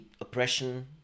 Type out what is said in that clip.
oppression